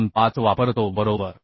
25 वापरतो बरोबर